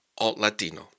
altlatino